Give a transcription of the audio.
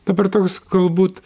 dabar toks galbūt